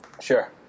Sure